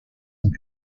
and